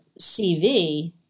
CV